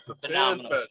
phenomenal